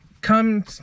come